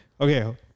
Okay